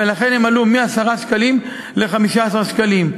ולכן הם עלו מ-10 שקלים ל-15 שקלים.